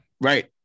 Right